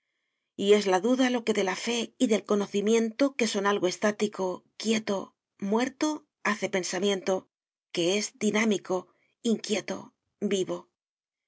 y es la duda lo que de la fe y del conocimiento que son algo estático quieto muerto hace pensamiento que es dinámico inquieto vivo